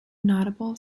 notable